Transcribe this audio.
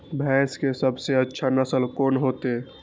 भैंस के सबसे अच्छा नस्ल कोन होते?